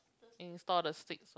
install the sticks one